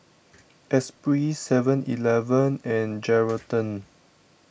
Espirit Seven Eleven and Geraldton